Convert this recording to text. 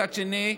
מצד שני,